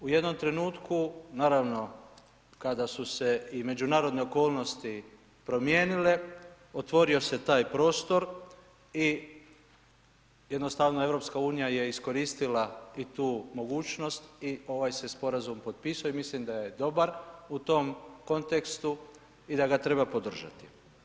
U jednom trenutku naravno kada su se i međunarodne okolnosti promijenile otvorio se taj prostor i jednostavno EU je iskoristila i tu mogućnost i ovaj se sporazum potpisao i mislim da je dobar u tom kontekstu i da ga treba podržati.